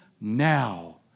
now